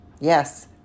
Yes